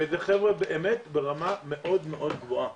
וזה חבר'ה באמת ברמה מאוד מאוד גבוהה.